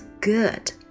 good